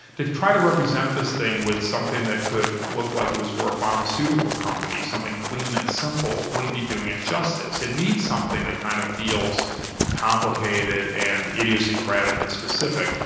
they try to represent this thing with something that could look like it was for a pharmaceutical company. something clean and simple wouldn't be doing it justice it needs something that kind of feels complicated and idiosyncratic and specific.